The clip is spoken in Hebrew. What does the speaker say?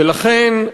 ולכן,